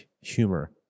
humor